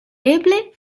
eble